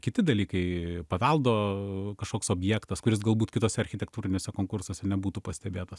kiti dalykai paveldo kažkoks objektas kuris galbūt kituose architektūriniuose konkursuose nebūtų pastebėtas